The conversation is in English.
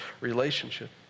relationship